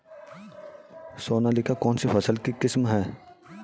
सोनालिका कौनसी फसल की किस्म है?